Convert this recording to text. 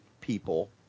people